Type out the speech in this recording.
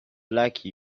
lucky